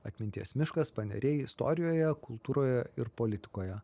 atminties miškas paneriai istorijoje kultūroje ir politikoje